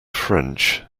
french